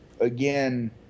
again